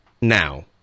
now